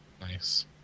Nice